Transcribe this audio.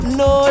no